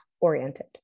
oriented